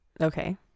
Okay